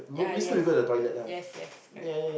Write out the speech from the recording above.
ah yes yes yes correct